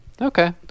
Okay